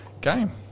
game